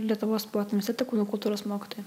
lietuvos sporto universitetą kūno kultūros mokytoja